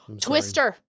Twister